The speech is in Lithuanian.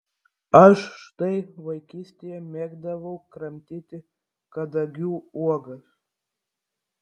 aš štai vaikystėje mėgdavau kramtyti kadagių uogas